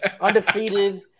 Undefeated